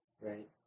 Right